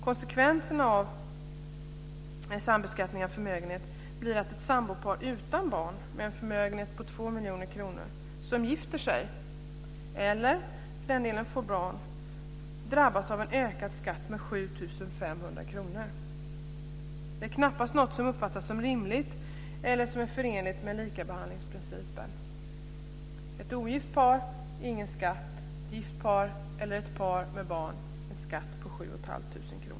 Konsekvenserna av en sambeskattning av förmögenhet blir att sambopar utan barn med en förmögenhet om 2 miljoner kronor som gifter sig eller får barn drabbas av en skatteökning om 7 500 kr. Det uppfattas knappast som rimligt eller som förenligt med likabehandlingsprincipen. Ett ogift par får ingen skatt, men ett gift par eller ett par med barn får en skatt om 7 500 kr.